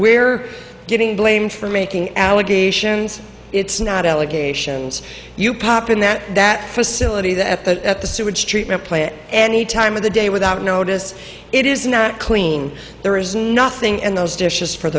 we're getting blame for making allegations it's not allegations you poppin that that facility that the sewage treatment plant any time of the day without notice it is not clean there is nothing in those dishes for